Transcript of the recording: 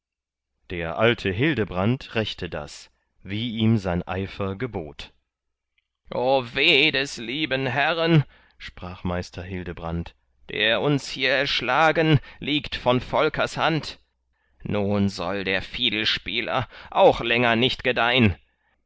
der alte hildebrand rächte das wie ihm sein eifer gebot o weh des lieben herren sprach meister hildebrand der uns hier erschlagen liegt von volkers hand nun soll der fiedelspieler auch länger nicht gedeihn